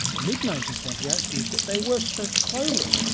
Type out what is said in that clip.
or mid nineteenth century actually, is that they worked so slowly,